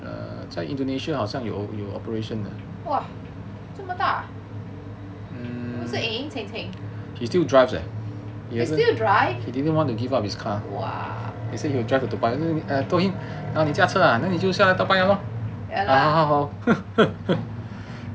!wah! 这么大 then 不是 engengcengceng he still drive !wah!